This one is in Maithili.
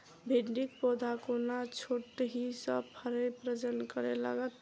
भिंडीक पौधा कोना छोटहि सँ फरय प्रजनन करै लागत?